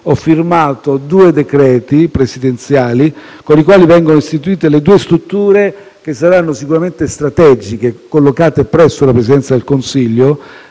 ho firmato due decreti presidenziali con i quali vengono istituite due strutture che saranno sicuramente strategiche, collocate presso la Presidenza del Consiglio,